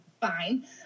fine